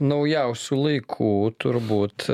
naujausių laikų turbūt